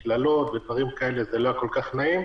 קללות ודברים כאלה זה לא היה כל כך נעים.